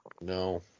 No